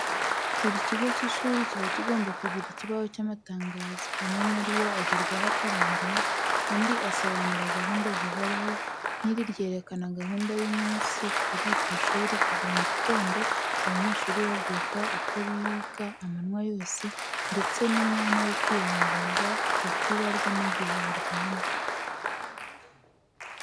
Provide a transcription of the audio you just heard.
Buri kigo cy'ishuri kiba kigomba kugira ikibaho cy'amatangazo, amwe muri yo agerwaho akanarangira, andi asobanura gahunda zihoraho, nk'iri ryerekana gahunda y'umunsi kuri iryo shuri kuva mu gitondo abanyeshuri babyuka, uko biga amanywa yose, ndetse n'umwanya wo kwirangaza, uko barya n'igihe baryamira.